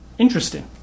interesting